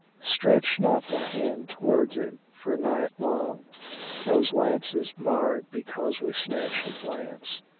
stretch not thy hand towards it, for night long those lances marred because we snatched a glance!